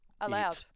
Allowed